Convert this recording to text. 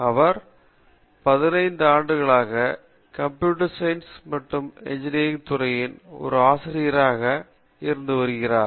அவர் 15 ஆண்டுகளாக computer science மற்றும் engineering துறையின் ஒரு ஆசிரியராக இருந்து வருகிறார்